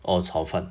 oh 炒饭